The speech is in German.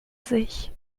sich